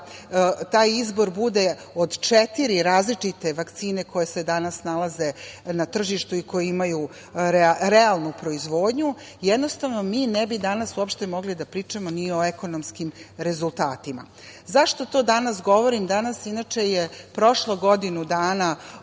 taj izbor bude od četiri različite vakcine koje se danas nalaze na tržištu i koje imaju realnu proizvodnju, jednostavno mi danas ne bi mogli da pričamo ni o ekonomskim rezultatima.Zašto to danas govorim? Danas je prošlo godinu dana